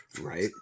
Right